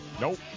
Nope